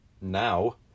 Now